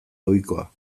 ohikoa